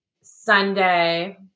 Sunday